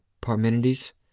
Parmenides